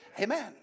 Amen